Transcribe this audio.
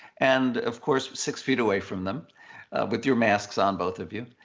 and of course, six feet away from them with your masks on, both of you,